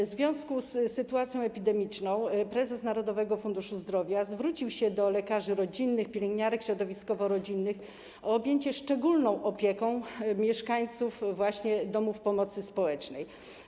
W związku z sytuacją epidemiczną prezes Narodowego Funduszu Zdrowia zwrócił się do lekarzy rodzinnych, pielęgniarek środowiskowo-rodzinnych o objęcie szczególną opieką mieszkańców właśnie domów pomocy społecznej.